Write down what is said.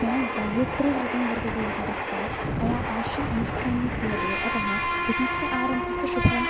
मम गायत्रीव्रतं वर्तते इति कृत्वा मया अवश्यं अनुष्ठानं क्रियते अतः दिनस्य आरम्भस्तु शुभ